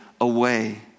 away